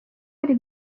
hari